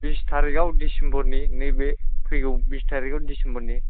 बिस तारिकआव डिसिम्बरनि नैबे फैगौ बिस तारिगाव डिसिम्बरनि